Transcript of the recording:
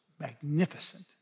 magnificent